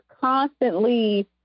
constantly